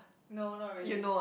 no not really